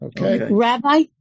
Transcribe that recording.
Rabbi